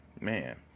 man